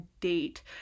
date